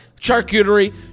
charcuterie